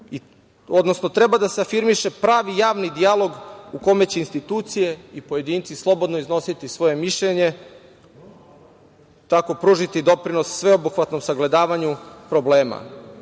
elite. Treba da se afirmiše pravi javni dijalog u kome će institucije i pojedinci slobodno iznositi svoje mišljenje, tako pružiti doprinos sveobuhvatnom sagledavanju problema. Samo